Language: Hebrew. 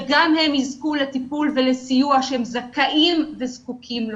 שגם הם יזכו לטיפול וסיוע שהם זכאים וזקוקים לו.